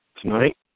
tonight